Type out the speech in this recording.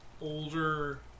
older